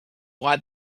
why